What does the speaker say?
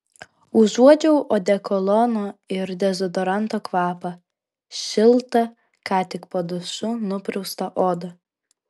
užuodžiau odekolono ir dezodoranto kvapą šiltą ką tik po dušu nupraustą odą